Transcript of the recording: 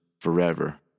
forever